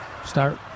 Start